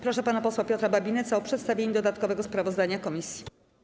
Proszę pana posła Piotra Babinetza o przedstawienie dodatkowego sprawozdania komisji.